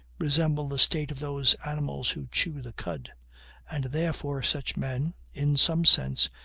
resemble the state of those animals who chew the cud and therefore, such men, in some sense,